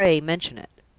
pray mention it.